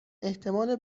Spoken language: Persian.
احتمال